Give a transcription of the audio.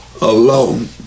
alone